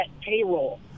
payroll